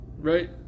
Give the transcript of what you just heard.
right